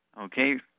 Okay